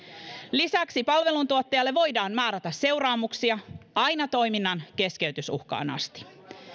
lisäksi palveluntuottajalle voidaan määrätä seuraamuksia aina toiminnan keskeytysuhkaan asti